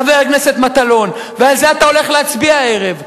חבר הכנסת מטלון, על זה אתה הולך להצביע הערב.